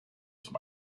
zum